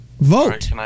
Vote